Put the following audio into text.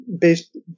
based